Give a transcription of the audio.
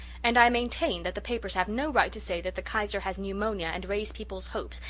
and i maintain that the papers have no right to say that the kaiser has pneumonia and raise people's hopes,